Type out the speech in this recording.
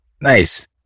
Nice